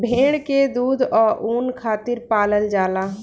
भेड़ के दूध आ ऊन खातिर पलाल जाला